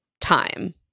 time